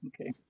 Okay